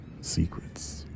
Secrets